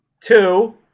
two